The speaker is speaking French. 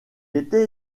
était